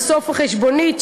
בסוף החשבונית,